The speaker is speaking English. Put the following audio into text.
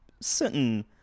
certain